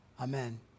Amen